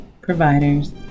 providers